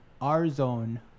R-Zone